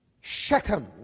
Shechem